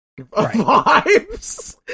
Vibes